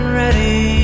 ready